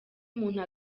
umuntu